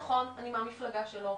נכון, אני מהמפלגה שלו.